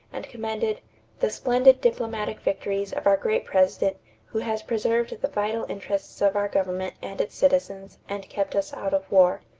and commended the splendid diplomatic victories of our great president who has preserved the vital interests of our government and its citizens and kept us out of war.